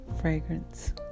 fragrance